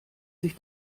sich